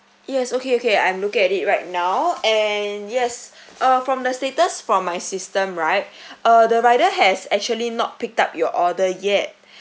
yes okay okay I'm looking at it right now and yes uh from the status from my system right uh the rider has actually not picked up your order yet